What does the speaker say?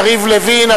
חבר הכנסת יריב לוין,